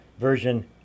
version